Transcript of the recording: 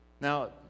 Now